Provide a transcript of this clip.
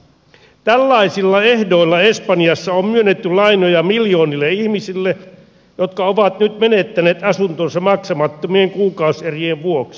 tällaisilla ehdoilla espanjassa on myönnetty lainoja miljoonille ihmisille jotka ovat nyt menettäneet asuntonsa maksamattomien kuukausierien vuoksi